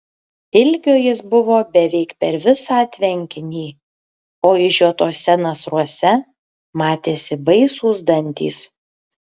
ilgio jis buvo beveik per visą tvenkinį o išžiotuose nasruose matėsi baisūs dantys